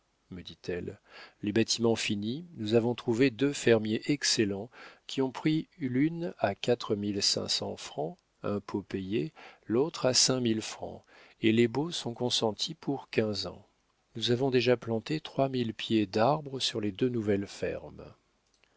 me dit-elle les bâtiments finis nous avons trouvé deux fermiers excellents qui ont pris l'une à quatre mille cinq cents francs impôts payés l'autre à cinq mille francs et les baux sont consentis pour quinze ans nous avons déjà planté trois mille pieds d'arbres sur les deux nouvelles fermes